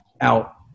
out